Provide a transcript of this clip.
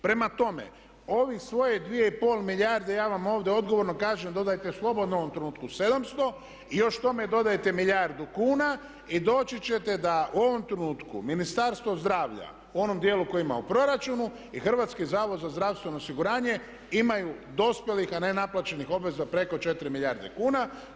Prema tome, ovi svoje 2 i pol milijarde ja vam ovdje odgovorno kažem dodajte slobodno u ovom trenutku 700 i još k tome dodajte milijardu kuna i doći ćete da u ovom trenutku Ministarstvo zdravlja u onom dijelu koji ima u proračunu i Hrvatski zavod za zdravstveno osiguranje imaju dospjelih, a ne naplaćenih obveza preko 4 milijarde kuna.